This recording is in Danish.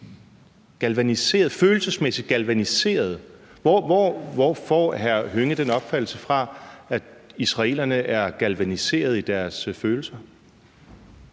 sådan som følelsesmæssigt galvaniserede, hvor får hr. Karsten Hønge så den opfattelse fra, at israelerne er galvaniserede i deres følelser?